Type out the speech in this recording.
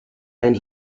and